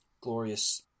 glorious